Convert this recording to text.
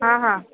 हां हां